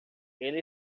ele